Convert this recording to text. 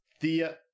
Thea